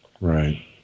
Right